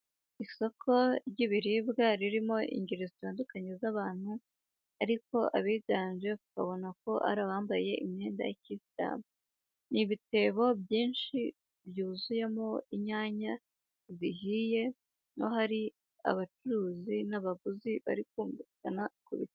Isoko ry'ibiribwa ririmo ingeri zitandukanye z'abantu ariko abiganje ukabonako ari abambaye imyenda ya kiyisilamu, ni ibitebo byinshi byuzuyemo inyanya zihiye, n'ahari abacuruzi n'abaguzi bari kumvikana ku bi....